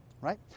right